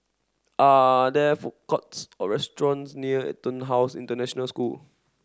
are there food courts or restaurants near EtonHouse International School